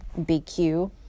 BQ